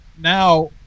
now